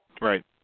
Right